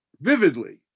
vividly